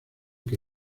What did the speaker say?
que